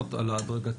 שאמרת על ההדרגתיות,